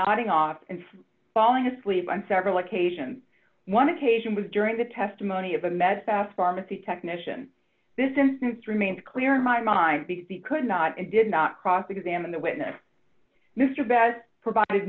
nodding off and falling asleep on several occasions one occasion was during the testimony of a mess fast pharmacy technician this instance remains clear in my mind because he could not and did not cross examine the witness mr best provided